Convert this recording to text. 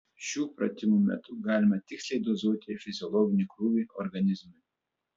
šių pratimų metu galima tiksliai dozuoti fiziologinį krūvį organizmui